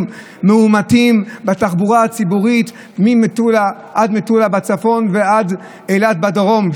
מאומתים בתחבורה הציבורית עד מטולה בצפון ועד אילת בדרום?